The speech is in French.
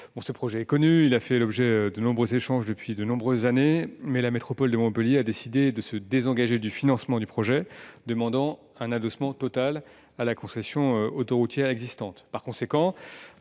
Ce projet est connu ; il a fait l'objet de nombreux échanges depuis de nombreuses années, mais la métropole de Montpellier a décidé de se désengager de son financement, demandant un adossement total à la concession autoroutière existante. Par conséquent,